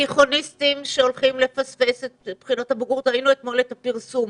התיכוניסטים שהולכים לפספס את בחינות הבגרות וראינו אתמול את הפרסום,